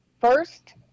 first